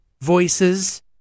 voices